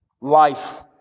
Life